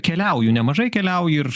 keliauju nemažai keliauju ir